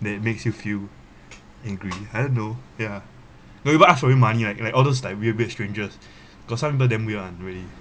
that makes you feel angry I don't know ya no people ask for money right like all those like weird weird strangers because some people damn weird one really